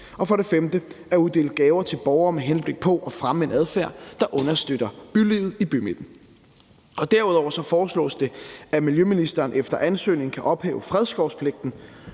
og 5) at uddele gaver til borgere med henblik på at fremme en adfærd, der understøtter bylivet i bymidten. Derudover foreslås det, at miljøministeren efter ansøgning kan ophæve fredskovspligten